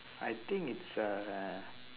I think it's a